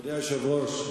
אדוני היושב-ראש,